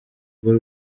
rwo